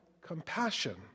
compassion